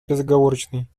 безоговорочной